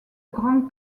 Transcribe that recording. grand